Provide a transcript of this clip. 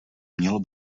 mělo